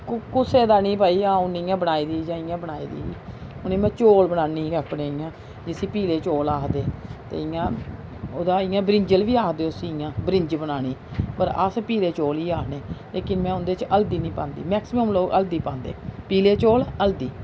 कुसै दा निं भाई अ'ऊं निं इ'यां बनाई दी जां इ'यां बनाई दी हून में चौल बनान्नी अपने इ'यां जिसी पीले चौल आखदे इ'यां ओह्दा इ'यां ब्रिंजल बी आखदे उसी इ'यां ब्रिंज बनानी पर अस पीले चौल गै आखने लेकिन में उं'दे च हल्दी निं पांदी मैक्सिमम लोक हल्दी पांदे पीले चौल हल्दी